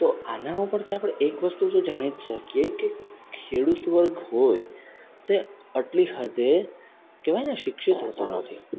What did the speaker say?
તો આના ઉપરથી આપણે એક વસ્તુ તો જાણી જ શકીએ કે ખેડૂત વર્ગ હોય તે આટલી હદે કહેવાય ને શિક્ષિત હોતો નથી